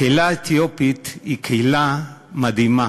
הקהילה האתיופית היא קהילה מדהימה,